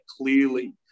clearly